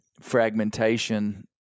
fragmentation